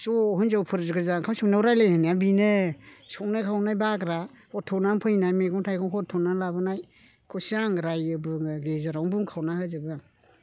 ज' हिन्जावफोर गोजा ओंखाम संनायाव राज्यलायो होननाया बेनो संनाय खावनाय बाग्रा हर थौनानै फैनानै मैगं थाइगं हर थौनानै लाबोनायखौसो आं रायो बुङो गेजेरावनो बुंखावना होजोबो आं